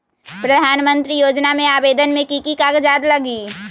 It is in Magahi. प्रधानमंत्री योजना में आवेदन मे की की कागज़ात लगी?